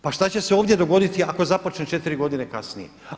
Pa šta će se ovdje dogoditi ako započne četiri godine kasnije?